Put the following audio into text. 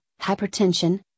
hypertension